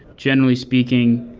generally speaking,